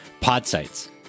Podsites